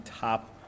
top